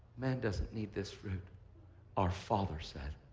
man doesn't need this fruit our father said.